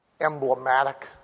emblematic